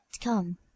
come